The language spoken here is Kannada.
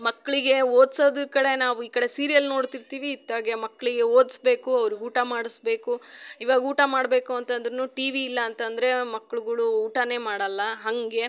ಮಕ್ಕಳಿಗೆ ಓದ್ಸೋದ್ರ ಕಡೆ ನಾವು ಈ ಕಡೆ ಸೀರಿಯಲ್ ನೋಡ್ತಿರ್ತೀವಿ ಇತ್ಲಾಗೆ ಮಕ್ಕಳಿಗೆ ಓದಿಸ್ಬೇಕು ಅವ್ರ್ಗೆ ಊಟ ಮಾಡಿಸ್ಬೇಕು ಇವಾಗ ಊಟ ಮಾಡಬೇಕು ಅಂತಂದ್ರು ಟಿ ವಿ ಇಲ್ಲ ಅಂತಂದರೆ ಮಕ್ಳುಗಳು ಊಟನೇ ಮಾಡೊಲ್ಲ ಹಾಗೆ